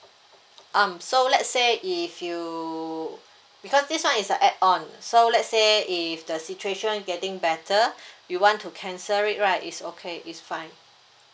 um so let's say if you because this [one] is a add-on so let's say if the situation getting better you want to cancel it right is okay is fine